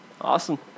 awesome